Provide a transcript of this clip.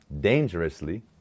dangerously